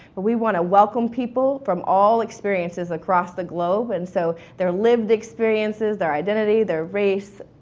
but we want to welcome people from all experiences across the globe and so their lived experiences, their identity, their race,